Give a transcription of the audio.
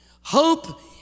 Hope